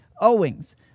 Owings